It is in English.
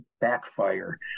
backfire